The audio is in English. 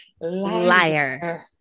Liar